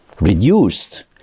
reduced